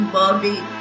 body